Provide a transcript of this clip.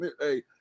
hey